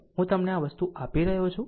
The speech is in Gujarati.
હું તમને આ વસ્તુ આપી રહ્યો છું